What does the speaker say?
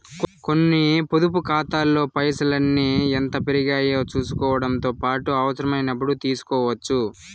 కొన్ని పొదుపు కాతాల్లో పైసల్ని ఎంత పెరిగాయో సూసుకోవడముతో పాటు అవసరమైనపుడు తీస్కోవచ్చు